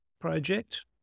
project